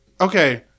okay